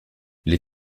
les